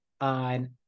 on